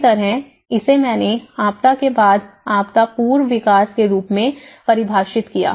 इसी तरह इसे मैंने आपदा के बाद आपदा पूर्व विकास के रूप में परिभाषित किया